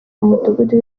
umudugudu